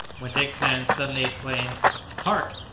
when dick sands suddenly exclaimed hark!